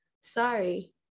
sorry